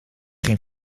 geen